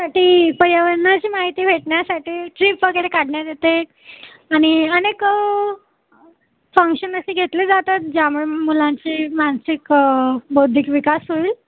साठी पर्यावरणाची माहिती भेटण्यासाठी ट्रीप वगैरे काढण्यात येते आणि अनेक फंक्शन असे घेतले जातात ज्यामुळे मुलांची मानसिक बौद्धिक विकास होईल